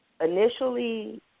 initially